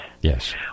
Yes